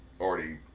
already